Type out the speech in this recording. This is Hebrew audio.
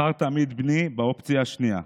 / בחר תמיד, בני, באופציה השנייה.